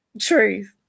Truth